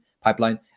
pipeline